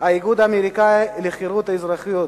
האיגוד האמריקני לחירויות אזרחיות,